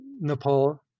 Nepal